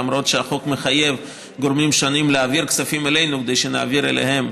למרות שהחוק מחייב גורמים שונים להעביר כספים אלינו כדי שנעביר אליהם.